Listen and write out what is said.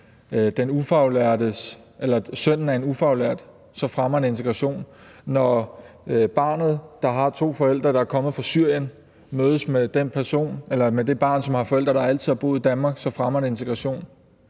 sønnen af en ufaglært, fremmer det integration. Når barnet, der har to forældre, der er kommet fra Syrien, mødes med det barn, som har forældre, der altid har boet i Danmark, så fremmer det integration.